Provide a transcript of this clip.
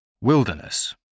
Wilderness